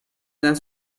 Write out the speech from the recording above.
las